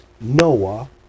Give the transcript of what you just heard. Noah